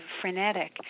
frenetic